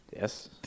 Yes